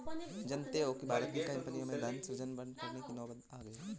जानते हो भारत की कई कम्पनियों में धन सृजन करने की नौबत आ गई है